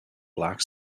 black